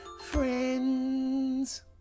Friends